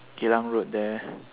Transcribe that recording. Geylang road there